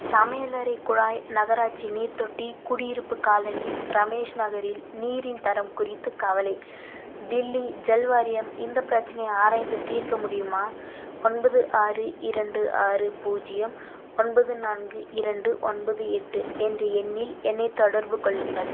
சமையலறை குழாய் நகராட்சி நீர் தொட்டி குடியிருப்பு காலனி ரமேஷ் நகரில் நீரின் தரம் குறித்து கவலை தில்லி ஜல் வாரியம் இந்த பிரச்சினையை ஆராய்ந்து தீர்க்க முடியுமா ஒன்பது ஆறு இரண்டு ஆறு பூஜ்ஜியம் ஒன்பது நான்கு இரண்டு ஒன்பது எட்டு என்ற எண்ணில் என்னைத் தொடர்பு கொள்ளுங்கள்